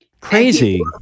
Crazy